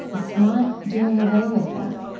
it's not doing away with that